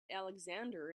alexander